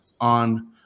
on